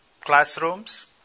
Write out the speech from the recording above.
classrooms